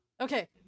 Okay